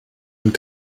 und